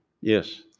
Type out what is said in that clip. yes